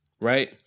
right